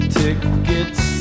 tickets